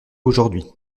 aujourd’hui